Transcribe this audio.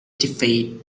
defeat